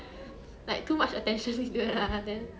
I agree cause like 我自己也顾 [what] then